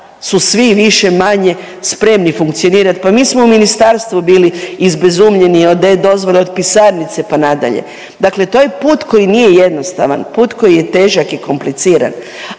su svi više-manje spremni funkcionirat. Pa mi smo u ministarstvu bili izbezumljeni od e-Dozvola od Pisarnice pa nadalje. Dakle, to je put koji nije jednostavan, put koji je težak i kompliciran,